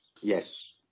Yes